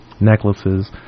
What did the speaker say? necklaces